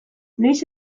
noiz